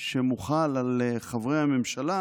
שמוחל על חברי הממשלה,